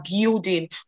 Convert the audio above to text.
building